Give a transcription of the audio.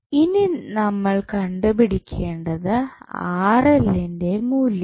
ഇനി നമ്മൾ കണ്ടുപിടിക്കേണ്ടത് ന്റെ മൂല്യം